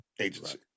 agency